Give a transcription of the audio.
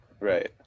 right